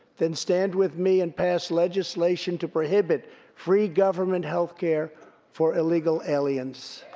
then stand with me and pass legislation to prohibit free government healthcare for illegal aliens.